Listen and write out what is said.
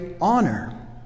honor